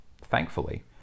thankfully